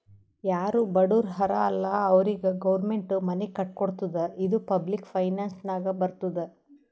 ಯಾರು ಬಡುರ್ ಹರಾ ಅಲ್ಲ ಅವ್ರಿಗ ಗೌರ್ಮೆಂಟ್ ಮನಿ ಕಟ್ಕೊಡ್ತುದ್ ಇದು ಪಬ್ಲಿಕ್ ಫೈನಾನ್ಸ್ ನಾಗೆ ಬರ್ತುದ್